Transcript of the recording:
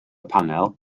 panel